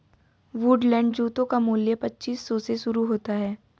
Woodland जूतों का मूल्य पच्चीस सौ से शुरू होता है